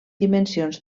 dimensions